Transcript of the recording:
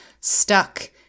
stuck